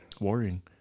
worrying